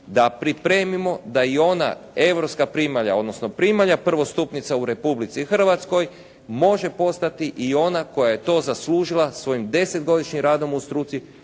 da pripremimo da i ona europska primalja odnosno primalja prvostupnica u Republici Hrvatskoj može postati i ona koja je to zaslužila svojim desetgodišnjim radom u struci